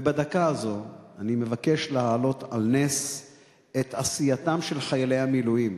ובדקה הזאת אני מבקש להעלות על נס את עשייתם של חיילי המילואים.